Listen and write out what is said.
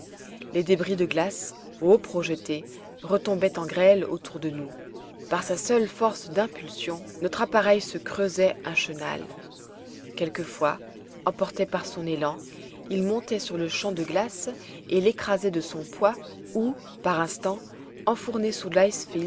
les débris de glace haut projetés retombaient en grêle autour de nous par sa seule force d'impulsion notre appareil se creusait un chenal quelquefois emporté par son élan il montait sur le champ de glace et l'écrasait de son poids ou par instants enfourné sous